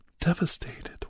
devastated